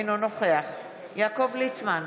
אינו נוכח יעקב ליצמן,